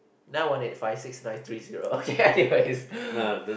nine one eight five six nine three zero okay anyways